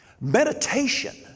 Meditation